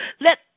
let